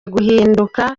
guhinduka